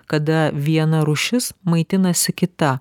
kada viena rūšis maitinasi kita